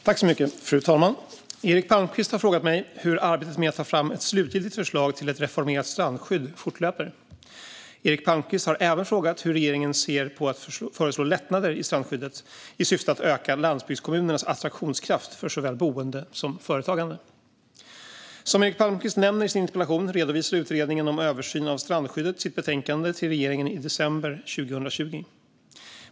Fru talman! Eric Palmqvist har frågat mig hur arbetet med att ta fram ett slutgiltigt förslag till ett reformerat strandskydd fortlöper. Eric Palmqvist har även frågat hur regeringen ser på att föreslå lättnader i strandskyddet i syfte att öka landsbygdskommunernas attraktionskraft för såväl boende som företagande. Som Eric Palmqvist nämner i sin interpellation redovisade Utredningen om översyn av strandskyddet sitt betänkande till regeringen i december 2020.